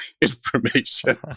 information